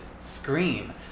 scream